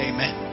Amen